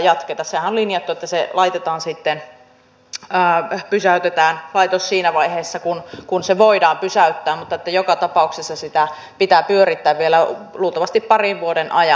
sehän on linjattu että se laitos pysäytetään siinä vaiheessa kun se voidaan pysäyttää mutta joka tapauksessa sitä pitää pyörittää vielä luultavasti parin vuoden ajan